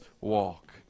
walk